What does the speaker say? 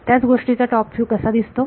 त्याच गोष्टीचा top view कसा दिसतो